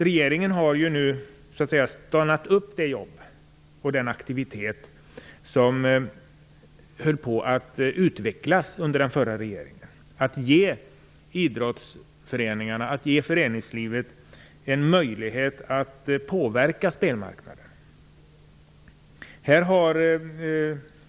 Regeringen har nu stoppat det arbete och den aktivitet som höll på att utvecklas under den förra regeringen för att ge idrottsföreningarna och föreningslivet i övrigt en möjlighet att påverka spelmarknaden.